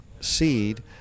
seed